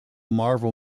marvel